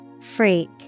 Freak